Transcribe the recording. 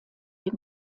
dem